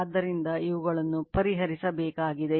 ಆದ್ದರಿಂದಇವುಗಳನ್ನು ಪರಿಹರಿಸಬೇಕಾಗಿದೆ